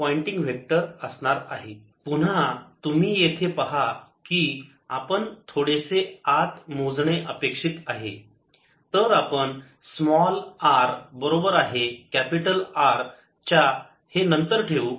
ItI0αt पुन्हा तुम्ही येथे पहा कि आपण थोडेसे आत मोजणे अपेक्षित आहे तर आपण स्मॉल r बरोबर आहे कॅपिटल R च्या हे नंतर ठेवू